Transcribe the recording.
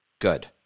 Good